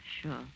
Sure